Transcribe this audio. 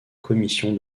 commission